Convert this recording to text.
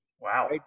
Wow